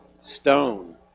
stone